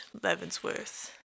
Levensworth